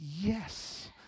yes